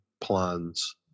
plans